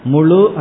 Mulu